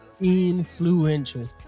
influential